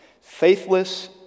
Faithless